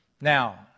Now